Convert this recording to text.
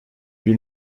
bir